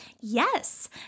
Yes